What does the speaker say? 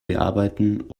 bearbeiten